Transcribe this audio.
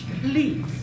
please